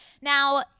Now